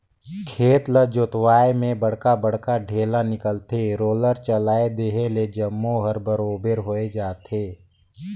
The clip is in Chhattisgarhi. खेत ल जोतवाए में बड़खा बड़खा ढ़ेला निकलथे, रोलर चलाए देहे ले जम्मो हर बरोबर होय जाथे